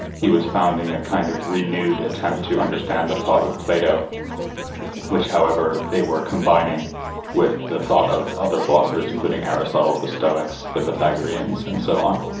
he was founding a kind of renewed attempt to understand the thought of plato which however they were combining with the thought of other philosophers, including aristotle, the stoics and pythagoreans and so on.